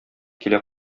килә